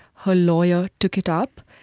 her lawyer took it up,